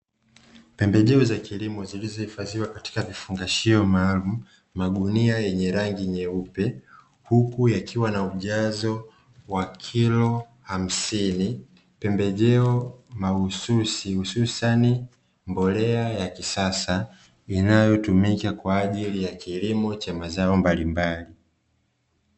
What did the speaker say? Pembejeo za kilimo zilizohifadhiwa katika vifungashio maalumu, magunia yenye rangi nyeupe huku yakiwa na ujazo wa kilo hamsini; pembejeo mahususi hususani mbolea ya kisasa inayotumika kwa ajili ya kilimo cha mazao mbalimbali.